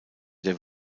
der